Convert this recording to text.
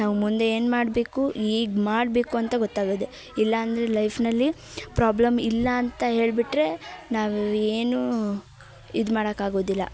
ನಾವು ಮುಂದೆ ಏನು ಮಾಡಬೇಕು ಈಗ ಮಾಡಬೇಕು ಅಂತ ಗೊತ್ತಾಗದೆ ಇಲ್ಲಾಂದರೆ ಲೈಫ್ನಲ್ಲಿ ಪ್ರಾಬ್ಲಮ್ ಇಲ್ಲಾ ಅಂತ ಹೇಳ್ಬಿಟ್ಟರೆ ನಾವು ಏನು ಇದು ಮಾಡಕ್ಕಾಗೋದಿಲ್ಲ